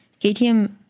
KTM